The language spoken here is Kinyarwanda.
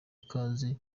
ikaze